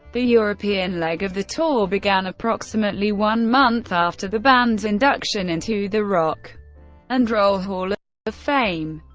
the european leg of the tour began approximately one month after the band's induction into the rock and roll hall of fame.